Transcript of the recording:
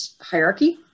hierarchy